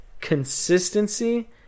consistency